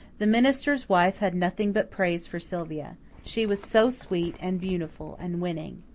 the minister's wife had nothing but praise for sylvia she was so sweet and beautiful and winning.